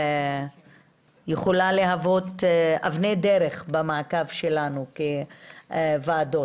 שיכולה להוות אבן דרך במעקב שלנו בוועדות.